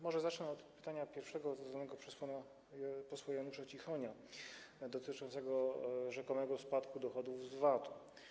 Może zacznę od pytania pierwszego, zadanego przez pana posła Janusza Cichonia, dotyczącego rzekomego spadku dochodów z VAT-u.